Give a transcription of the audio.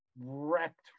wrecked